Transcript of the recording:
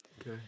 Okay